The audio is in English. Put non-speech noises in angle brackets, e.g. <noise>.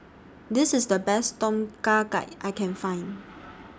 This IS The Best Tom Kha Gai I Can Find <noise>